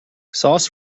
sauce